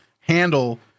handle